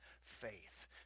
faith